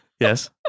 Yes